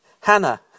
Hannah